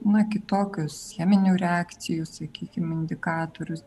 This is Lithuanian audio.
na kitokius cheminių reakcijų sakykim indikatorius